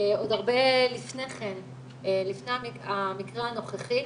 עוד הרבה לפני כן, לפני המקרה הנוכחי,